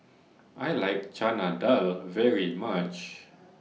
I like Chana Dal very much